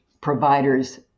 providers